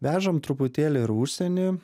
vežam truputėlį ir į užsienį